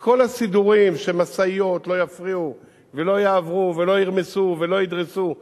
את כל הסידורים שמשאיות לא יפריעו ולא יעברו ולא ירמסו ולא ידרסו,